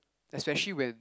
especially when